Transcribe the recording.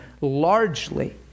largely